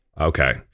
okay